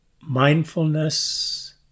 mindfulness